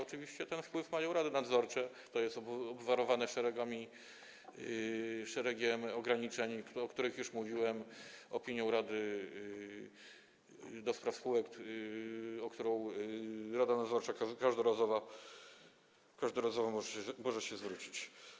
Oczywiście ten wpływ mają rady nadzorcze, to jest obwarowane szeregiem ograniczeń, o których już mówiłem, opinią rady do spraw spółek, o którą rada nadzorcza każdorazowo może się zwrócić.